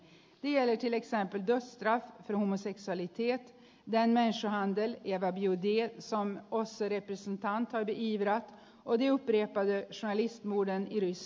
det gäller till exempel dödsstraff för homosexualitet den människohandel eva biaudet som osse representant har beivrat och de upprepade journalistmorden i ryssland och andra länder